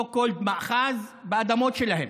so called מאחז, באדמות שלהם.